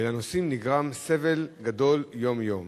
ולנוסעים נגרם סבל גדול יום-יום.